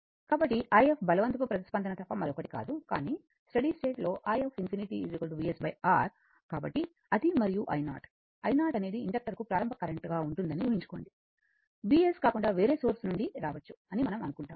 కాబట్టి if బలవంతపు ప్రతిస్పందన తప్ప మరొకటి కాదు కానీ స్టడీ స్టేట్ లో i∞ VsR కాబట్టి అది మరియు i0 i0 అనేది ఇండక్టర్కు ప్రారంభ కరెంటుగా ఉంటుందని ఊహించుకొండి Vs కాకుండా వేరే సోర్స్ నుండి రావచ్చు అని మనం అనుకుంటాము